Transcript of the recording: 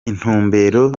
intumbero